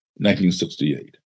1968